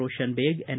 Roshan Baig N